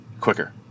quicker